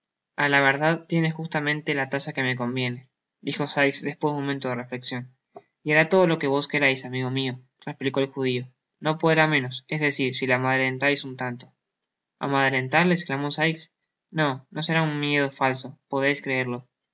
gordos ala verdad tiene justamente la talla que me conviene dijo sikes despues de un momento de reflecsion y hará todo lo que vos querais amigo mio replicó el judio no podrá menos es decir si la amedrentais un tan to amedrentarle esclamó sikesno no será un miedo falso podeis creerlo si